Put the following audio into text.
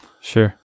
Sure